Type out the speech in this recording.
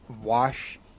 wash –